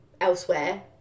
elsewhere